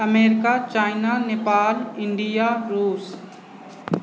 America China Nepal India रूस